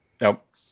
Nope